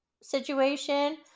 situation